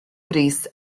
brys